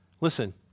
Listen